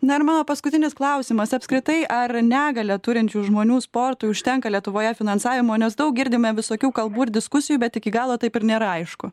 na ir mano paskutinis klausimas apskritai ar negalią turinčių žmonių sportui užtenka lietuvoje finansavimo nes daug girdime visokių kalbų ir diskusijų bet iki galo taip ir nėra aišku